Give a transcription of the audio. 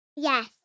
Yes